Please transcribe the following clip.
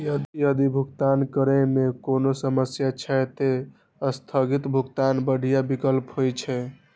यदि भुगतान करै मे कोनो समस्या छै, ते स्थगित भुगतान बढ़िया विकल्प होइ छै